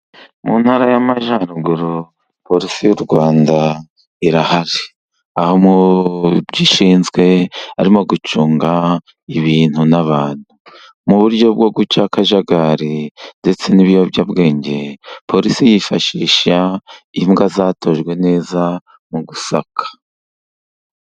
Mu ntara y'Amajyaruguru porisi y'u Rwanda irahari. Aho mu byo ishinzwe harimo gucunga ibintu n'abantu, mu buryo bwo guca akajagari ndetse n'ibiyobyabwenge, porisi yifashisha imbwa zatojwe neza mu gusaka.